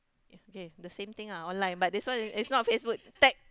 okay the same thing lah online but this one is not Facebook tagged